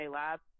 lab